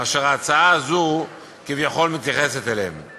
אשר ההצעה הזו כביכול מתייחסת אליהם.